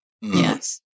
Yes